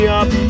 up